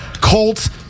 Colts